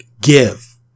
give